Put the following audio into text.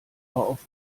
auf